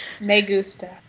Megusta